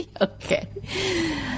Okay